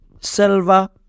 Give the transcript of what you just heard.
silver